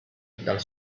dal